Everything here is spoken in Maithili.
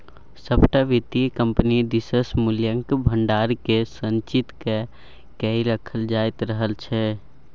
सभटा वित्तीय कम्पनी दिससँ मूल्यक भंडारकेँ संचित क कए राखल जाइत रहल छै